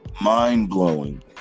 mind-blowing